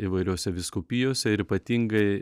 įvairiose vyskupijose ir ypatingai